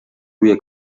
روی